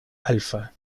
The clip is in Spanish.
alfa